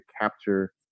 capture